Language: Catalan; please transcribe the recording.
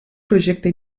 projecte